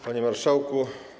Panie Marszałku!